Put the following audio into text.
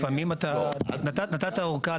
אבל לפעמים נתת אורכה,